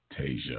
Tasia